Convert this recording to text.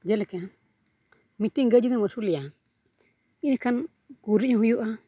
ᱡᱮᱞᱮᱠᱟ ᱢᱤᱫᱴᱟᱝ ᱜᱟᱹᱭ ᱡᱩᱫᱤᱢ ᱟᱹᱥᱩᱞᱮᱭᱟ ᱮᱱᱠᱷᱟᱱ ᱜᱩᱨᱤᱡᱽ ᱦᱩᱭᱩᱜᱼᱟ